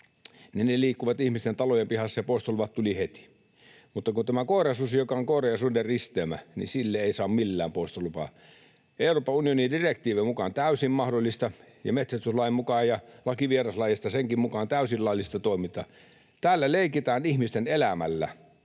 Ne liikkuivat ihmisten talojen pihoissa, ja poistoluvat tulivat heti. Mutta tälle koirasudelle, joka on koiran ja suden risteymä, ei saa millään poistolupaa — Euroopan unionin direktiivin mukaan täysin mahdollista, ja metsästyslain mukaan ja lain vieraslajeistakin mukaan täysin laillista toimintaa. Täällä leikitään ihmisten elämällä